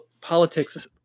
politics